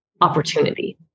opportunity